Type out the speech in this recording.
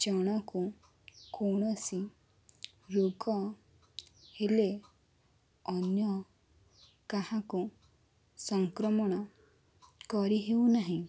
ଜଣକୁ କୌଣସି ରୋଗ ହେଲେ ଅନ୍ୟ କାହାକୁ ସଂକ୍ରମଣ କରି ହେଉନାହିଁ